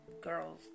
girls